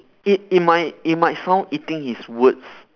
it it might it might sound eating his words